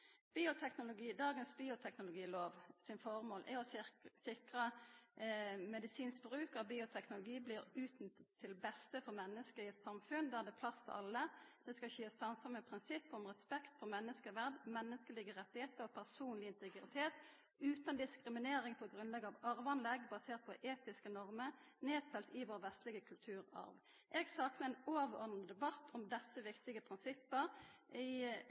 dagens bioteknologilov er å sikra at medisinsk bruk av bioteknologi blir utnytta til beste for menneska i eit samfunn, der det er plass til alle. Det skal skje i samsvar med eit prinsipp om respekt for menneskeverd, menneskelege rettar, personleg integritet, utan diskriminering på grunnlag av arveanlegg, basert på etiske normer, nedfelt i vår vestlege kulturarv. Eg saknar ein overordna debatt om desse viktige prinsippa som er i